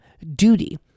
duty